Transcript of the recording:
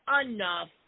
enough